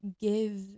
give